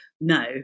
no